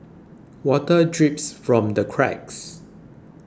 water drips from the cracks